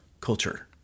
culture